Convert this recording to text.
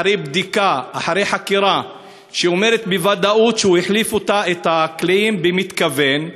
אחרי בדיקה ואחרי חקירה שאומרת בוודאות שהוא החליף את הקליעים במתכוון,